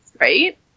right